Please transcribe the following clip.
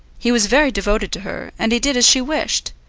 he was very devoted to her, and he did as she wished.